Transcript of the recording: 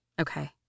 Okay